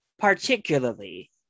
particularly